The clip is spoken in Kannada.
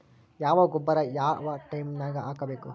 ಯಾವ ಗೊಬ್ಬರ ಯಾವ ಟೈಮ್ ನಾಗ ಹಾಕಬೇಕು?